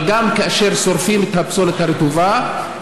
אבל גם כששורפים את הפסולת הרטובה.